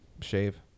shave